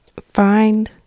find